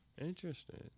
Interesting